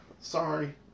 Sorry